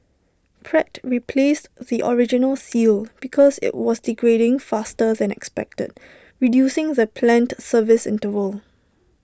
Pratt replaced the original seal because IT was degrading faster than expected reducing the planned service interval